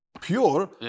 Pure